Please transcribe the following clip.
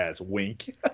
Wink